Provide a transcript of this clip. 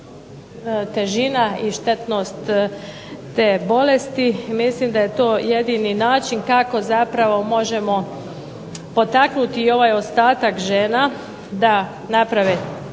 težina i štetnost te bolesti, mislim da je to jedini način kako zapravo možemo potaknuti ovaj ostatak žena da naprave